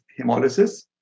hemolysis